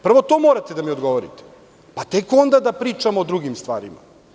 Prvo to morate da mi odgovorite, pa tek onda da pričamo o drugim stvarima.